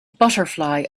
butterfly